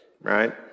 right